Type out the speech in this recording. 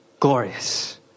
Glorious